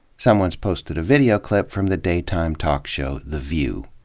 someone's posted a video clip from the daytime talk show, the view.